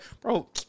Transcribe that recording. bro